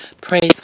Praise